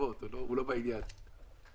שדיברה על כך שבכניסה לנתב"ג